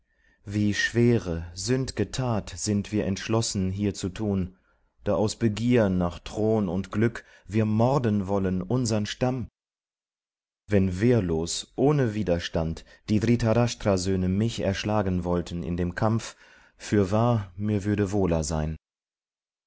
wie schwere sünd'ge tat sind wir entschlossen hier zu tun da aus begier nach thron und glück wir morden wollen unsern stamm wenn wehrlos ohne widerstand die dhritarshtra söhne mich erschlagen wollten in dem kampf fürwahr mir würde wohler sein